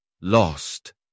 lost